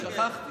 שכחתי,